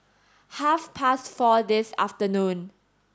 half past four this afternoon